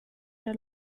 era